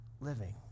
living